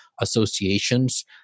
associations